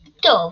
טוב.